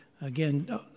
again